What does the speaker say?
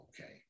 Okay